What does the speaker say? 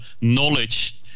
knowledge